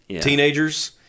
teenagers